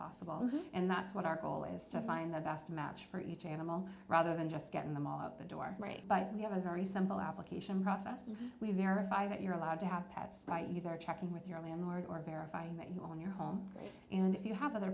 possible and that's what our goal is to find the best match for each animal rather than just getting them all out the door but we have a very simple application process we verify that you're allowed to have pat spite you are checking with your landlord or verify that you own your home if you have other